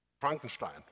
Frankenstein